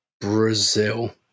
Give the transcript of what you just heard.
Brazil